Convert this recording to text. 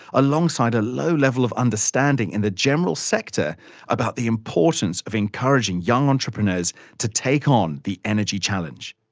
alongside a low level of understanding in the general sector about the importance of encouraging young entrepreneurs to take on the energy challenge.